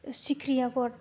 सिख्रि आगर